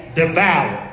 devour